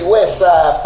Westside